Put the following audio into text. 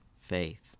faith